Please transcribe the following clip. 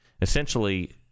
essentially